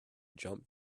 jump